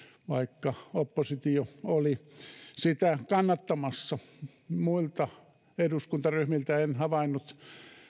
vaikka oppositio oli sitä kannattamassa muilta eduskuntaryhmiltä en havainnut